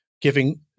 giving